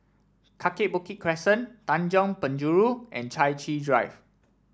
Kaki Bukit Crescent Tanjong Penjuru and Chai Chee Drive